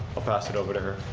i'll pass it over to her.